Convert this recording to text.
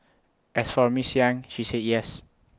as for miss yang she said yes